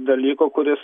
dalyko kuris